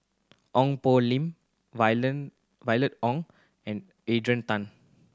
Ong Poh Lim Violet Oon and Adrian Tan